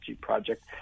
project